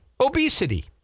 Obesity